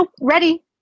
Ready